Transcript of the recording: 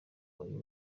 uyu